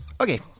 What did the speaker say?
Okay